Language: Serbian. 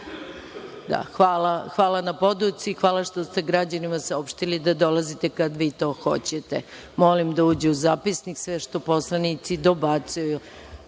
hvala na podršci. Hvala što ste građanima saopštili da dolazite kada vi to hoćete. Molim da uđe u zapisnik sve što poslanici dobacuju